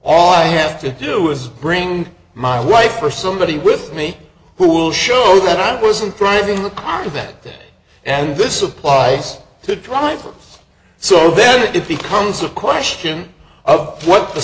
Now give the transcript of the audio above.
all i have to do is bring my wife or somebody with me who will show that i wasn't driving the car that this and this applies to drivers so then it becomes a question of what the